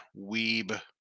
Weeb